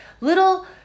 little